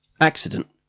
Accident